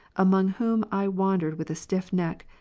among whom i wandered with a stiff neck,